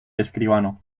escribano